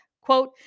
quote